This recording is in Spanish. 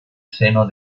seno